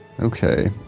Okay